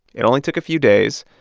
it only took a few days,